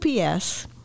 UPS